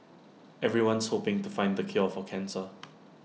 everyone's hoping to find the cure for cancer